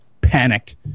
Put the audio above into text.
panicked